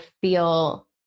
feel